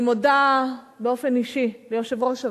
אני מודה באופן אישי ליושב-ראש הוועדה,